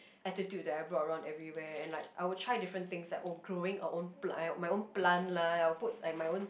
attitude that I brought around everywhere and like I would try different things like ah growing a own plant my own plant lah I would put my own